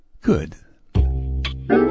Good